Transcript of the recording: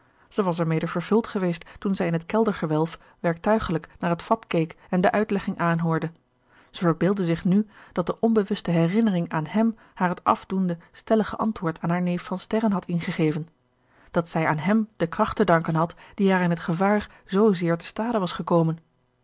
zij was er mede vervuld geweest toen zij in het keldergewelf werktuigelijk naar het vat keek en de uitlegging aanhoorde zij verbeeldde zich nu dat de onbewuste herinnering aan hem haar het afdoende stellige antwoord aan haar neef van sterren had ingegeven dat zij aan hem de kracht te danken had die haar in t gevaar zoo zeer te stade was gekomen